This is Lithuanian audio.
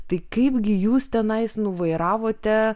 tai kaipgi jūs tenais nuvairavote